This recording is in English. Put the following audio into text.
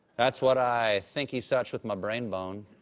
that's what i thinky such with my brain bone.